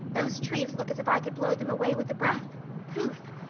those trees look as if i could blow them away with a breath pouf!